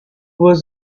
was